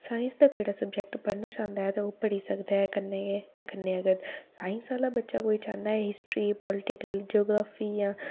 science दा केह्ड़ा subject पढ़ना चांह्दा ऐ ते ओह् पढ़ी सकदा ऐ कन्नै गै ते कन्नै अगर साईंस आह्ला बच्चा कोई चांह्दा ऐ हिस्ट्री पोलीटिकल जेओग्रैफी जां